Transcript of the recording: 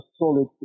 solid